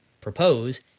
propose